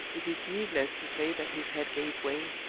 it is needless to say that his head gave way,